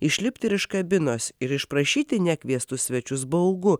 išlipt ir iš kabinos ir išprašyti nekviestus svečius baugu